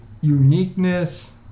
uniqueness